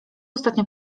ostatnio